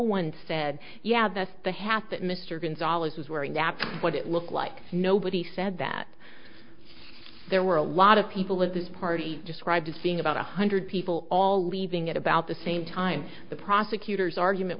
one said yeah that's the hat that mr gonzalez was wearing knapp but it looked like nobody said that there were a lot of people at this party described as being about one hundred people all leaving at about the same time the prosecutors argument